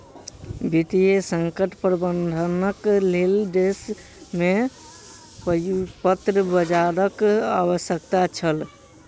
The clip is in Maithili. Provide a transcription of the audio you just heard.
वित्तीय संकट प्रबंधनक लेल देश में व्युत्पन्न बजारक आवश्यकता छल